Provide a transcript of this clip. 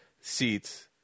seats